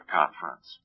conference